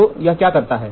तो यह क्या करता है